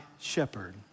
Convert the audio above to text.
shepherd